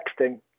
texting